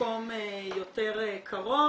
למקום יותר קרוב,